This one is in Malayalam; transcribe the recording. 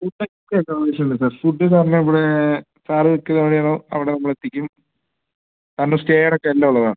ഫൂഡൊക്കെ ഉണ്ട് ആവശ്യം ഇല്ല സാർ ഫൂഡ് സാറിന് ഇവിടെ സാറ് നിൽക്കുന്നത് എവിടെയാണോ അവിടെ നമ്മളെത്തിക്കും സാറിൻ്റെ സ്റ്റേ അടക്കം എല്ലാം ഉള്ളതാണ്